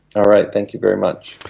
all right, thank you very much.